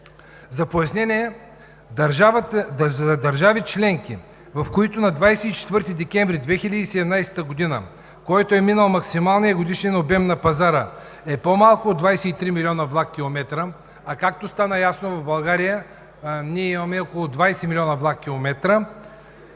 За пояснение: държави членки, в които на 24 декември 2017 г. – който е минал максималния годишен обем на пазара и е по-малко от 23 млн. влак/км, а както стана ясно, в България имаме около 20 млн. влак/км,